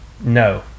No